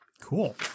cool